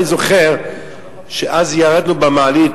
אני זוכר שאז ירדנו במעלית,